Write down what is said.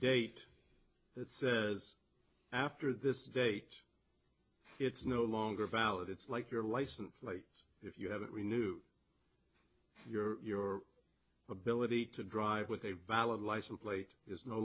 date that says after this date it's no longer valid it's like your license plates if you have it renew your ability to drive with a valid license plate is no